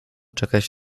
czekać